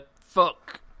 Fuck